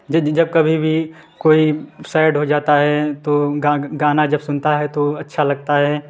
जीद जब कभी भी कोई सैड हो जाता है तो गाना जब सुनता है तो अच्छा लगता है